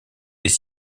des